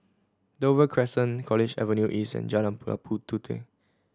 Dover Crescent College Avenue East and Jalan Labu Puteh